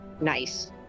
Nice